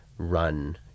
Run